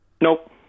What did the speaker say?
Nope